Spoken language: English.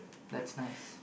that's nice